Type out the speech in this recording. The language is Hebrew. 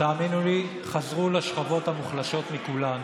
שתאמינו לי, חזרו לשכבות המוחלשות מכולן,